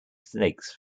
snakes